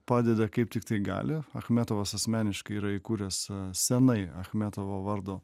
padeda kaip tiktai gali achmetovas asmeniškai yra įkūręs senai achmetovo vardo